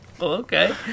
okay